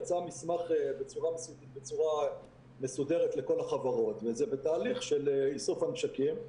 יצא מסמך בצורה מסודרת לכל החברות וזה בתהליך של איסוף הנשקים.